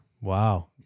Wow